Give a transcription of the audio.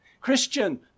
Christian